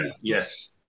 Yes